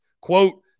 Quote